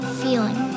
feeling